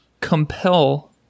compel